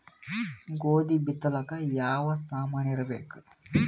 ಗೋಧಿ ಬಿತ್ತಲಾಕ ಯಾವ ಸಾಮಾನಿರಬೇಕು?